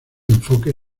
enfoque